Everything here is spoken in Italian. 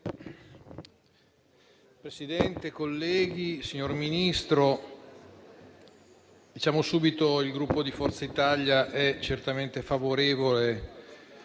Presidente, colleghi, signor Ministro, diciamo subito che il Gruppo Forza Italia è certamente favorevole